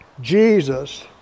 Jesus